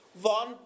One